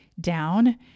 down